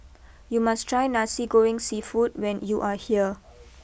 you must try Nasi Goreng Seafood when you are here